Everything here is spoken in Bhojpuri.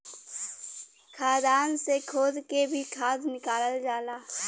खदान से खोद के भी खाद निकालल जाला